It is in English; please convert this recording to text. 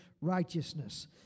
righteousness